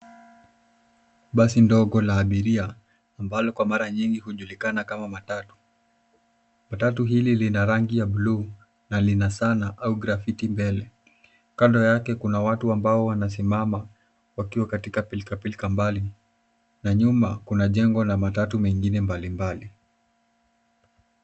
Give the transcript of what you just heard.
Basi ndogo la abiria ambalo kwa mara nyingi hujulikana kama matatu. Matatu hili lina rangi ya bluu na lina saa au grafiti mbele. Kando yake kuna watu ambao wanasimama wakiwa katika pilkapilka mbali na nyuma kuna jengo la matatu mengine mbalimbali.